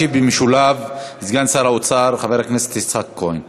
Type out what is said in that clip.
ישיב במשולב, סגן שר האוצר, חבר הכנסת יצחק כהן.